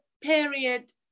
period